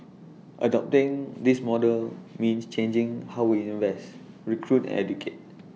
adopting this model means changing how we invest recruit educate